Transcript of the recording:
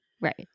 right